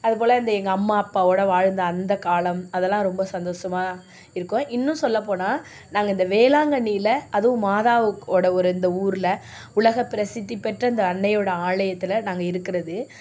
அதுபோல் வந்து எங்கள் அம்மா அப்பாவோட வாழ்ந்த அந்த காலம் அதெல்லாம் ரொம்ப சந்தோஷமாக இருக்கும் இன்னும் சொல்ல போனால் நாங்கள் இந்த வேளாங்கண்ணியில் அதுவும் மாதாவுக்குவோட இந்த ஒரு ஊரில் உலக பிரசித்தி பெற்ற இந்த அன்னையோட ஆலயத்தில் நாங்கள் இருக்கிறது